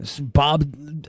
Bob